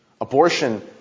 Abortion